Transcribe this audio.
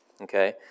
Okay